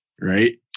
right